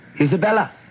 Isabella